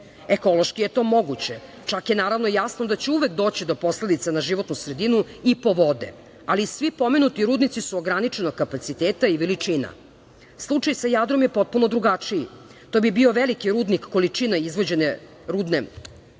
Ekološki je to moguće, čak je naravno jasno da će uvek doći do posledica na životnu sredinu i po vode, ali svi pomenuti rudnici su ograničenog kapaciteta i veličina. Slučaj sa Jadrom je potpuno drugačiji. To bi bio veliki rudnik količine izvađene rude